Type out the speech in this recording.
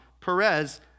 Perez